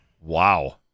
Wow